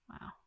Wow